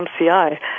MCI